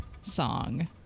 song